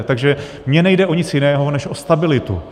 Takže mně nejde o nic jiného než o stabilitu.